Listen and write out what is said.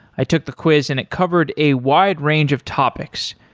i took the quiz and it covered a wide range of topics,